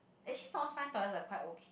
actually South Spine toilet quite okay